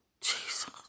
Jesus